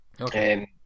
Okay